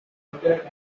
butter